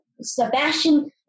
Sebastian